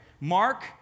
Mark